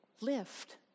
lift